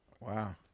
Wow